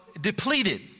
depleted